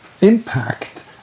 impact